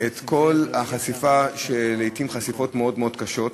כל חשיפה, לעתים חשיפות מאוד מאוד קשות.